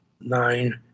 nine